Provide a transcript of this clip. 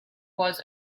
was